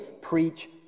preach